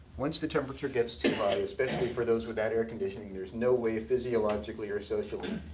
once the temperature gets too high especially for those without air conditioning there's no way, physiologically or socially,